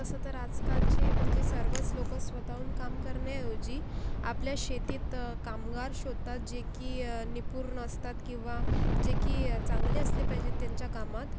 तसं तर आजकालचे म्हणजे सर्वच लोकं स्वतःहून काम करण्याऐवजी आपल्या शेतीत कामगार शोधतात जे की निपुण असतात किंवा जे की चांगले असले पाहिजे त्यांच्या कामात